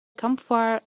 campfire